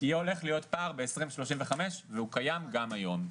הולך להיות פער ב-2035 והוא קיים גם היום.